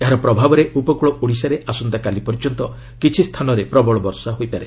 ଏହାର ପ୍ରଭାବରେ ଉପକୃଳ ଓଡ଼ିଶାରେ ଆସନ୍ତାକାଲି ପର୍ଯ୍ୟନ୍ତ କିଛି ସ୍ଥାନରେ ପ୍ରବଳ ବର୍ଷା ହୋଇପାରେ